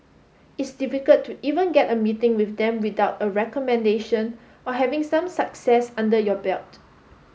it's difficult to even get a meeting with them without a recommendation or having some success under your belt